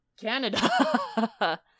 Canada